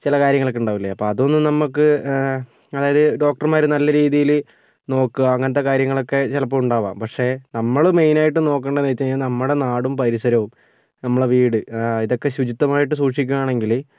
ചില കാര്യങ്ങളൊക്കെ ഉണ്ടാവില്ലെ അപ്പോൾ അതൊന്ന് നമുക്കെ അതായത് ഡോക്ടർമാര് നല്ല രീതിയില് നോക്കുക അങ്ങനത്തെ കാര്യങ്ങളൊക്കെ ചിലപ്പോൾ ഉണ്ടാവാം പക്ഷെ നമ്മള് മെയ്നായിട്ടും നോക്കേണ്ടത് വെച്ച് കഴിഞ്ഞാൽ നമ്മുടെ നാടും പരിസരവും നമ്മുടെ വീട് ഇതൊക്കെ ശുചിത്വമായിട്ട് സൂക്ഷിക്കാണമെങ്കില്